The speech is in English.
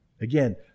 Again